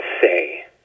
say